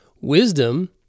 Wisdom